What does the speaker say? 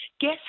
Guess